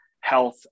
health